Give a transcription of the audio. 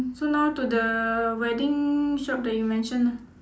so now to the wedding shop that you mentioned ah